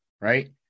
right